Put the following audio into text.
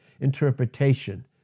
interpretation